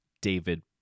David